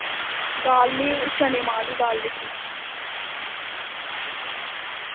दाल में चने माह्ं दी दाल लेती ही